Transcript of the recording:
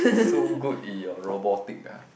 so good in your robotic ah